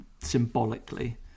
symbolically